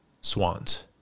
swans